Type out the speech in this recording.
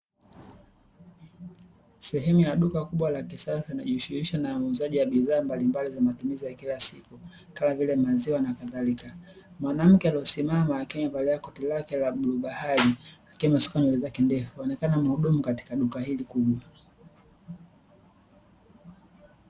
Sehemu ya duka kubwa la kisasa linalojihusisha na uuzaji wa bidhaa mbalimbali za matumizi ya kila siku, kama vile maziwa na kadhalika. Mwanamke aliyesimama akiwa amevalia koti lake la bluu bahari, lakiwa amesuka nywele zake ndefu, anaonekana akihudumu katika duka hili kubwa.